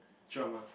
drama